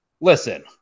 listen